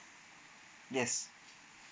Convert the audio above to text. yes